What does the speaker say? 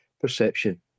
perception